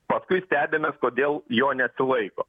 paskui stebimės kodėl jo neatlaiko